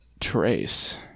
trace